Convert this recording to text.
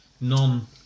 non